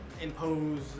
impose